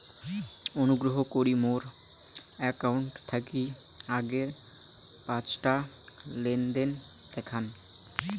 অনুগ্রহ করি মোর অ্যাকাউন্ট থাকি আগের পাঁচটা লেনদেন দেখান